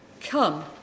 Come